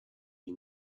you